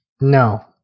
No